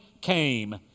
came